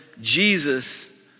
Jesus